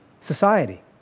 society